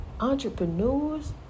entrepreneurs